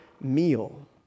meal